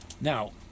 Now